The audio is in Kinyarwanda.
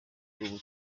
ubu